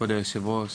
כבוד היושב-ראש,